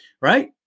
right